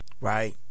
Right